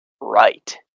right